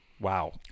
Wow